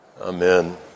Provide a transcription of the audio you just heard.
Amen